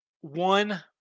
one